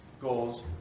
goals